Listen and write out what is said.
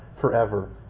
forever